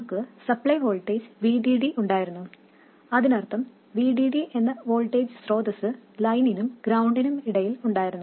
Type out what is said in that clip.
നമ്മുക്ക് supply voltage VDD ഉണ്ടായിരുന്നു അതിനർത്ഥം VDD എന്ന വോൾട്ടേജ് സ്രോതസ്സ് ലൈനിനും ഗ്രൌണ്ടിനും ഇടയിൽ ഉണ്ടായിരുന്നു